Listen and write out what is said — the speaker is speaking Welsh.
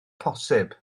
posib